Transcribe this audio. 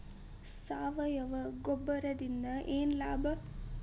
ಸಾವಯವ ಗೊಬ್ಬರದಿಂದ ಏನ್ ಲಾಭ?